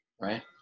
Right